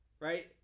Right